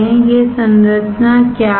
यह संरचना क्या है